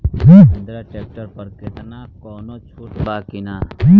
Mahindra tractor पर केतना कौनो छूट बा कि ना?